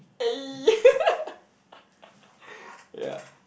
eh